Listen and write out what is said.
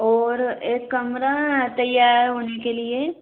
और एक कमरा तैयार होने के लिए